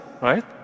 right